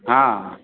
हँ